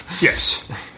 Yes